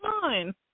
Fine